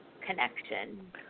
connection